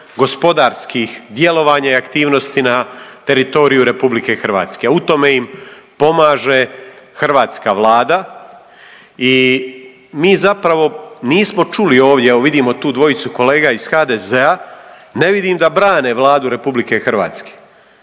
gospodarskih djelovanja i aktivnosti na teritoriju Republike Hrvatske. U tome im pomaže hrvatska Vlada i mi zapravo nismo čuli ovdje, evo vidimo tu dvojicu kolega iz HDZ-a. Ne vidim da brane Vladu Republike Hrvatske.